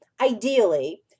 Ideally